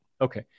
Okay